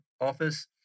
office